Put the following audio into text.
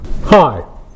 Hi